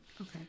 Okay